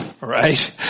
Right